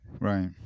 right